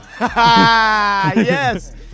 Yes